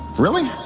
really?